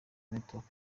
network